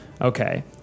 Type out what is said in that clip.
Okay